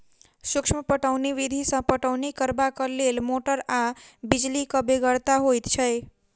सूक्ष्म पटौनी विधि सॅ पटौनी करबाक लेल मोटर आ बिजलीक बेगरता होइत छै